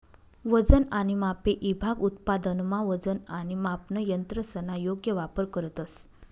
वजन आणि मापे ईभाग उत्पादनमा वजन आणि मापन यंत्रसना योग्य वापर करतंस